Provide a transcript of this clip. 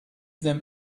them